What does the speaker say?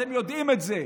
ואתם יודעים את זה.